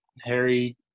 Harry